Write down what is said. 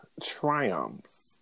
triumphs